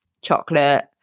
chocolate